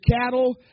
cattle